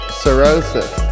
cirrhosis